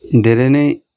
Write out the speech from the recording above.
धेरै नै